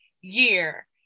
year